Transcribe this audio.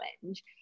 challenge